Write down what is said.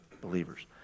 believers